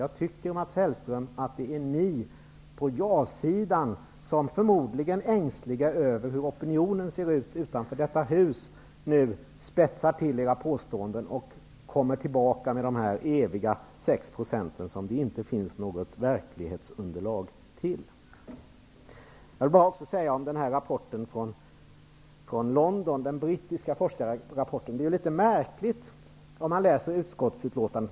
Jag tycker, Mats Hellström, att det är ni på ja-sidan som, förmodligen ängsliga över hur opinionen ser ut utanför detta hus, nu spetsar till era påståenden och kommer tillbaka med de eviga sex procenten, som det inte finns något verklighetsunderlag för. Det är litet märkligt att läsa om den brittiska forskarrapporten i utskottetbetänkandet.